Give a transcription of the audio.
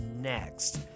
next